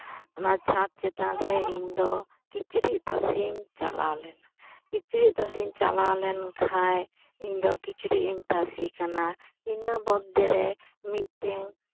ᱚᱱᱟ ᱪᱷᱟᱫᱽ ᱪᱮᱛᱟᱱ ᱨᱮ ᱤᱧᱫᱚ ᱠᱤᱪᱨᱤᱡ ᱛᱟᱥᱮᱧ ᱪᱟᱞᱟᱣ ᱞᱮᱱᱟ ᱠᱤᱪᱨᱤᱡ ᱛᱟᱥᱮᱧ ᱪᱟᱞᱟᱣ ᱞᱮᱱᱠᱷᱟᱱ ᱤᱧᱫᱚ ᱠᱤᱪᱨᱤᱡ ᱤᱧ ᱛᱟᱥᱮ ᱠᱟᱱᱟ ᱤᱱᱟᱹ ᱢᱚᱫᱽᱫᱷᱮᱨᱮ ᱢᱤᱫᱴᱮᱱ